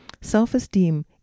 Self-esteem